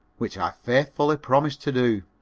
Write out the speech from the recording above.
which i faithfully promised to do.